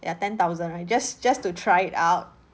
ya ten thousand right just just to try it out